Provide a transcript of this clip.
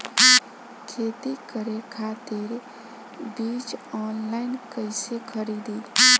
खेती करे खातिर बीज ऑनलाइन कइसे खरीदी?